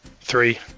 Three